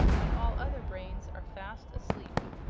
when all other brains are fast asleep.